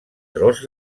tros